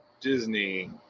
Disney